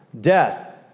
Death